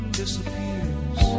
disappears